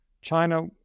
China